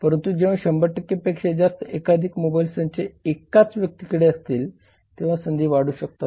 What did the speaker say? परंतु जेव्हा 100 पेक्षा जास्त एकाधिक मोबाईल संच एकाच व्यक्तीकडे असतील तेव्हा संधी वाढू शकतात